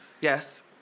Yes